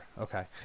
Okay